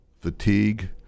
fatigue